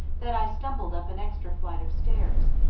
that i stumbled up an extra flight of stairs,